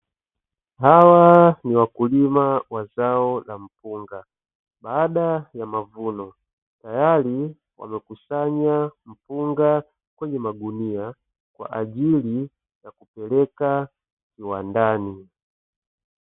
Hawa ni wakulima wa zao la mpunga baada ya mavuno tayari wamekusanya mpunga kwenye magunia kwa ajili ya kupeleka kiwandani.